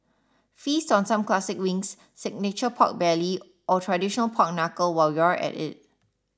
feast on some classic wings signature pork belly or traditional pork Knuckle while you're at it